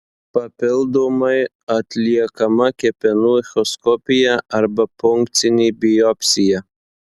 papildomai atliekama kepenų echoskopija arba punkcinė biopsija